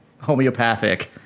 homeopathic